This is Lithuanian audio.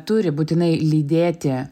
turi būtinai lydėti